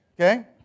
Okay